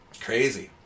crazy